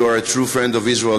You are a true friend of Israel.